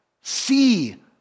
see